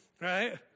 right